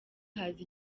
haza